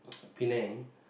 Penang